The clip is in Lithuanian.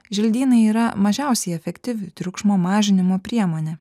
želdynai yra mažiausiai efektyvi triukšmo mažinimo priemonė